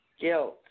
guilt